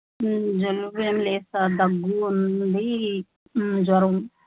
జలుబేమి లేదు సార్ దగ్గు ఉంది జ్వరం